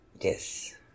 Yes